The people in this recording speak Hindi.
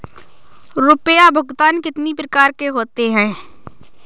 रुपया भुगतान कितनी प्रकार के होते हैं?